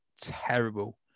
terrible